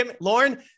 Lauren